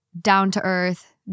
down-to-earth